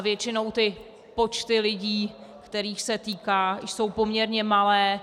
Většinou počty lidí, kterých se týká jsou poměrně malé.